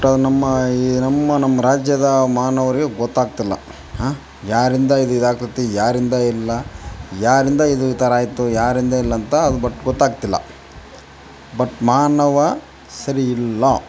but ನಮ್ಮ ಈ ನಮ್ಮ ನಮ್ಮ ರಾಜ್ಯದ ಮಾನವರಿಗ್ ಗೊತ್ತಾಗ್ತಿಲ್ಲ ಹಾಂ ಯಾರಿಂದ ಇದು ಇದಾಗ್ತದೆ ಯಾರಿಂದ ಇಲ್ಲ ಯಾರಿಂದ ಇದು ಈ ಥರ ಆಯಿತು ಯಾರಿಂದ ಇಲ್ಲ ಅಂತ ಅದು ಬಟ್ ಅದು ಗೊತ್ತಾಗ್ತಿಲ್ಲ ಬಟ್ ಮಾನವ ಸರಿಯಿಲ್ಲ